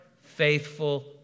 faithful